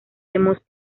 hemos